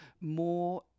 more